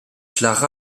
clare